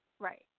Right